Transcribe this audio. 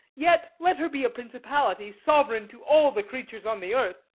yet let her be a principality, sovereign to all the creatures on the earth.